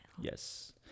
yes